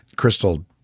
Crystal